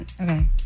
Okay